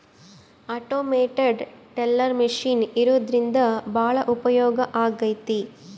automated teller machine ಇರೋದ್ರಿಂದ ಭಾಳ ಉಪಯೋಗ ಆಗೈತೆ